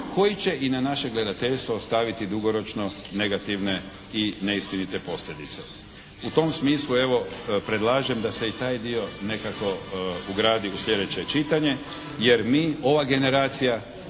koji će i na naše gledateljstvo ostaviti dugoročno negativne i neistinite posljedice. U tom smislu evo, predlažem da se i taj dio nekako ugradi u sljedeće čitanje jer mi, ova generacija